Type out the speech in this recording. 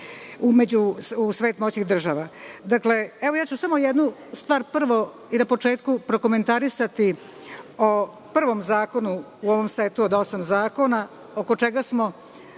u svet moćnih država. Dakle, evo ja ću samo jednu stvar prvo i na početku prokomentarisati o prvom zakonu u ovom setu od osam zakona, oko čega smo